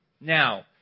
Now